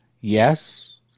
Yes